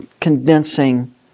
condensing